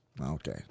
Okay